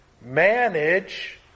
manage